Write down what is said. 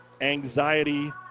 Anxiety